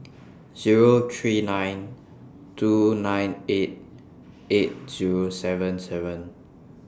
Zero three nine two nine eight eight Zero seven seven